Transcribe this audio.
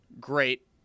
great